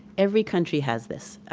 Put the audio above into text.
every country has this.